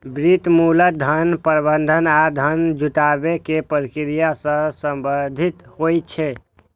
वित्त मूलतः धन प्रबंधन आ धन जुटाबै के प्रक्रिया सं संबंधित होइ छै